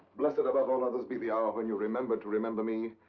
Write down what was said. blessed above all others be the hour when you remember to remember me,